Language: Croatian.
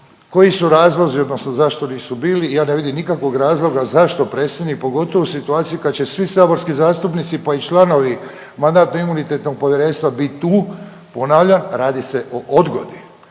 koji su razlozi, odnosno zašto nisu bili. I ja ne vidim nikakvog razloga zašto predsjednik pogotovo u situaciji kad će svi saborski zastupnici, pa i članovi Mandatno-imunitetnog povjerenstva biti tu. Ponavljam radi se o odgodi.